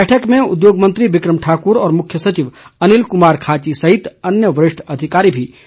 बैठक में उद्योग मंत्री बिक्रम ठाकुर और मुख्य सचिव अनिल कुमार खाची सहित अन्य वरिष्ठ अधिकारी भी मौजूद रहे